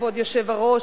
כבוד היושב-ראש,